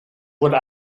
would